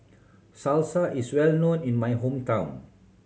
salsa is well known in my hometown